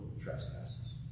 trespasses